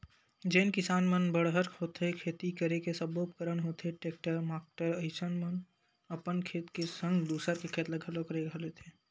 जेन किसान मन बड़हर होथे खेती करे के सब्बो उपकरन होथे टेक्टर माक्टर अइसन म अपन खेत के संग दूसर के खेत ल घलोक रेगहा लेथे